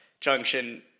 Junction